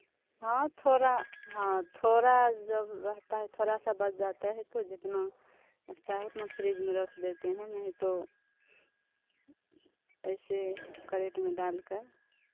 हाँ थोड़ा थोड़ा जब रहता है थोड़ा सा बच जाता है तो जितना अँटता है उतना फ्रिज में रख देते हैं नहीं तो ऐसे करेट में डाल कर